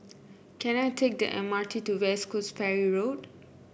can I take the M R T to West Coast Ferry Road